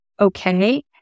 okay